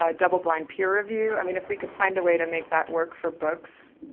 ah double blind peer review, i mean if we could find a way to make that work for books,